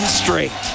straight